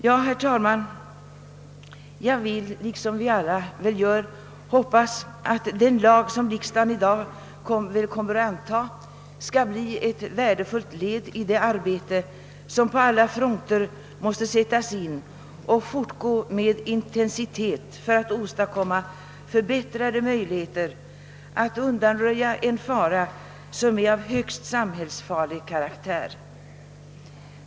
Jag hoppas — som vi väl alla gör — att den lag som riksdagen i dag förmodligen kommer att anta blir ett värdefullt led i det arbete som på alla fronter måste sättas in och bedrivas med intensitet för att åstadkomma förbättrade möjligheter att undanröja en fara av högst samhällsvådlig karaktär.